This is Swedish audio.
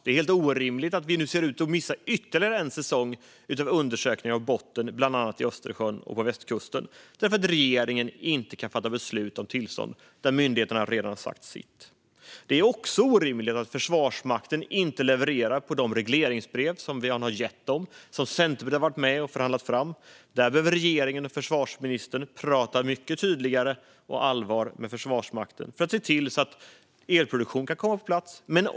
Det är helt orimligt att vi nu ser ut att missa ytterligare en säsong av undersökningar av botten, bland annat i Östersjön och på västkusten, därför att regeringen inte kan fatta beslut om tillstånd där myndigheterna redan sagt sitt. Det är också orimligt att Försvarsmakten inte levererar på de regleringsbrev som regeringen har gett dem och som Centerpartiet har varit med och förhandlat fram. Där behöver regeringen och försvarsministern prata mycket tydligare och allvar med Försvarsmakten för att se till att elproduktion kan komma på plats.